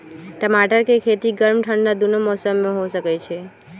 टमाटर के खेती गर्म ठंडा दूनो मौसम में हो सकै छइ